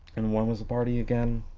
and when was the party again?